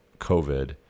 COVID